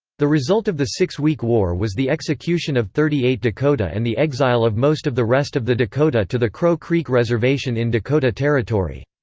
the result of the six-week war was the execution of thirty eight dakota and the exile of most of the rest of the dakota to the crow creek reservation in dakota territory.